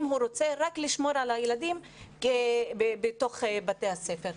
אם הוא רוצה רק לשמור על הילדים בתוך בתי הספר.